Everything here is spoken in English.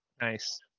Nice